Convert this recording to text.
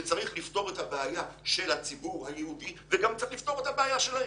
שצריך לפתור את הבעיה של הציבור היהודי וגם צריך לפתור את הבעיה שלהם.